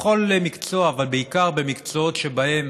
בכל מקצוע, אבל בעיקר במקצועות שבהם